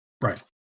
Right